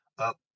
Up